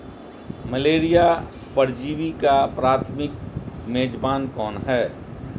Malaria परजीवी का प्राथमिक मेजबान कौन है?